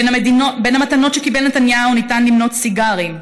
בין המתנות שקיבל נתניהו ניתן למנות סיגרים,